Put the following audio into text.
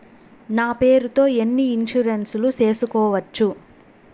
నా పేరుతో ఎన్ని ఇన్సూరెన్సులు సేసుకోవచ్చు?